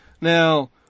Now